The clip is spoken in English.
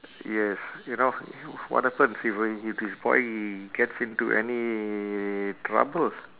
yes you know what happens if uh he this boy gets into any trouble